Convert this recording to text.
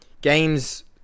Games